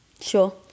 Sure